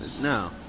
No